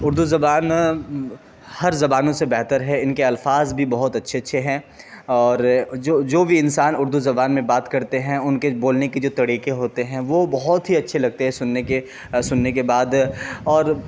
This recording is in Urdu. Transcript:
اردو زبان ہر زبانوں سے بہتر ہے ان کے الفاظ بھی بہت اچھے اچھے ہیں اور جو جو بھی انسان اردو زبان میں بات کرتے ہیں ان کے بولنے کے جو طریقے ہوتے ہیں وہ بہت ہی اچھے لگتے ہیں سننے کے سننے کے بعد اور